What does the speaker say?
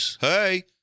hey